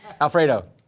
Alfredo